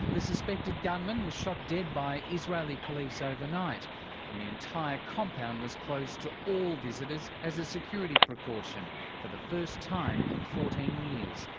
the suspected gunman was shot dead by israeli police overnight and the entire compound was closed to all visitors as a security precaution for the first time in fourteen years.